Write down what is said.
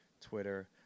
Twitter